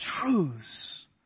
truths